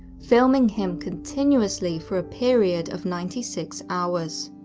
filming him continuously for a period of ninety six hours.